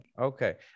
okay